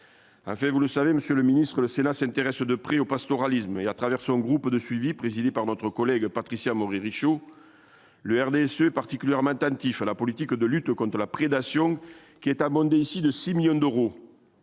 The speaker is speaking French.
Enfin, vous le savez, Monsieur le Ministre, le Sénat s'intéresse de près au pastoralisme il y a traversé un groupe de suivi présidé par notre collègue Patricia Richaud le RDSE particulièrement attentifs à la politique de lutte contre la prédation qui est abondé ici de 6 millions d'euros,